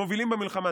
מובילים במלחמה.